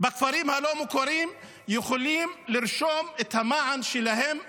בכפרים הלא-מוכרים יכולים לרשום את המען שלהם בשבט,